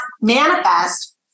manifest